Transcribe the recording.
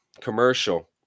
commercial